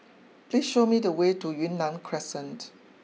please show me the way to Yunnan Crescent